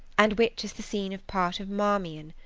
and which is the scene of part of marmion,